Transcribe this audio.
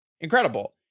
incredible